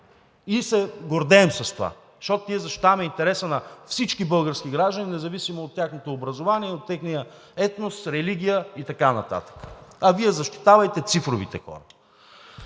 И се гордеем с това, защото ние защитаваме интереса на всички български граждани, независимо от тяхното образование, от техния етнос, религия и така нататък, а Вие защитавайте цифровите хора.